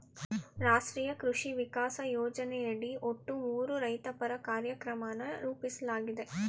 ರಾಷ್ಟ್ರೀಯ ಕೃಷಿ ವಿಕಾಸ ಯೋಜನೆಯಡಿ ಒಟ್ಟು ಮೂರು ರೈತಪರ ಕಾರ್ಯಕ್ರಮನ ರೂಪಿಸ್ಲಾಗಿದೆ